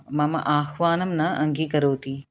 मम आह्वानं न अङ्गीकरोति